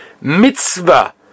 Mitzvah